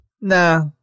Nah